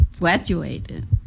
graduated